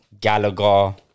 Gallagher